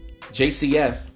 JCF